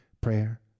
prayer